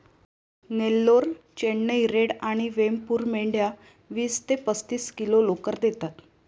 Nellore, Chennai red आणि वेमपूर मेंढ्या वीस ते पस्तीस किलो लोकर देतात